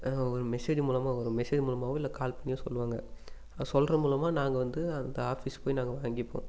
ஒரு மெசேஜ் மூலமாக வரும் ஒரு மெசேஜ் மூலமாகவோ இல்லை கால் பண்ணியோ சொல்லுவாங்க சொல்கிறது மூலமாக நாங்கள் வந்து அந்த ஆஃபீஸ்க்கு போய் நாங்கள் வாங்கிப்போம்